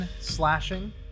slashing